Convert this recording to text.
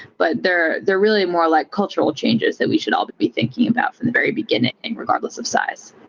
but there they're really more like cultural changes that we should all be thinking about from the very beginning regardless of size.